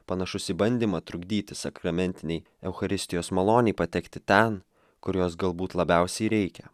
panašus į bandymą trukdyti sakramentinei eucharistijos malonei patekti ten kur jos galbūt labiausiai reikia